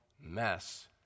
mess